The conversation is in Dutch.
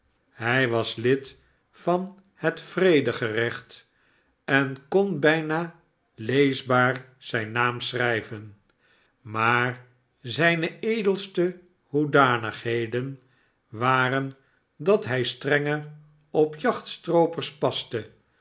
hij was lid van het vredegerecht en kon bijna leesbaar zijn naam scnnjven maar zijne edelste hoedanigheden waren dat hij strenger op jacntstroopers paste